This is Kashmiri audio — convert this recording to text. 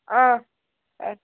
آ اَدٕ